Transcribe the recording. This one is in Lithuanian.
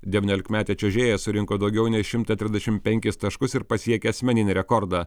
devyniolikmetė čiuožėja surinko daugiau nei šimtą trisdešimt penkis taškus ir pasiekė asmeninį rekordą